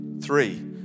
Three